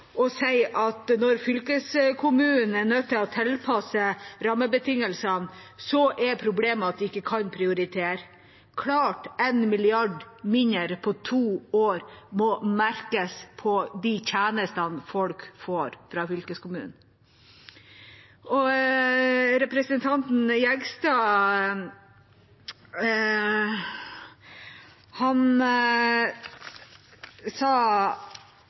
at når fylkeskommunene er nødt til å tilpasse seg rammebetingelsene, er problemet at de ikke kan prioritere. Det er klart at 1 mrd. kr mindre på to år merkes på de tjenestene folk får fra fylkeskommunen. Representanten Nils Aage Jegstad sa